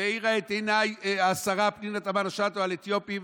והאירה את עיניי השרה פנינה תמנו שטה על אתיופים,